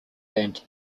band